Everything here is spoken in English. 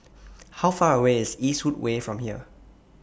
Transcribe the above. How Far away IS Eastwood Way from here